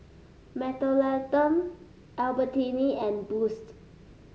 Mentholatum Albertini and Boost